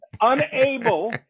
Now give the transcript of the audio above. unable